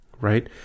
right